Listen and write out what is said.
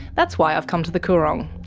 that's why i've come to the coorong,